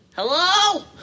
Hello